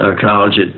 college